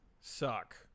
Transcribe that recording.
suck